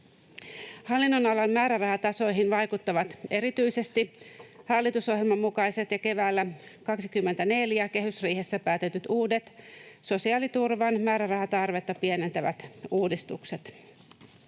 Hallinnonalan määrärahatasoihin vaikuttavat erityisesti hallitusohjelman mukaiset ja keväällä 24 kehysriihessä päätetyt uudet sosiaaliturvan määrärahatarvetta pienentävät uudistukset.